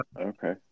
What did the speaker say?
Okay